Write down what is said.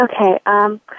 Okay